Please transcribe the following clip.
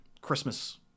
Christmas